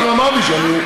עכשיו אמרתי שאני,